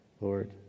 Lord